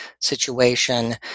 situation